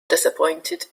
disappointed